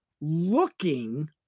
looking